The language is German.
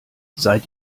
seid